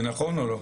זה נכון או לא?